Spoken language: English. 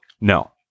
No